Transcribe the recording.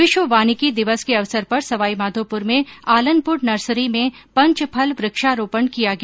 विश्व वानिकी दिवस के अवसर पर सवाई माधोपुर में आलनपुर नर्सरी में पंचफल वृक्षारोपण किया गया